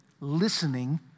listening